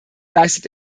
leistet